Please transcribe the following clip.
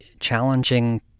challenging